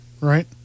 right